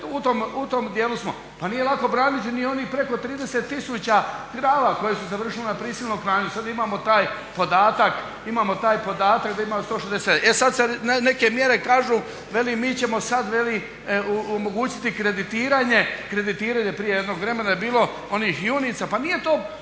Pa nije lako braniti ni onih preko 30 tisuća krava koje su završile na prisilnom klanju. Sada imamo taj podatak, imamo taj podatak da ima ih 160. E sada se neke mjere kažu, veli mi ćemo sada, veli omogućiti kreditiranje, kreditiranje prije jednog vremena je bilo onih junica. Pa nije to